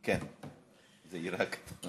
עיראקי.